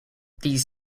these